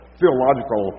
theological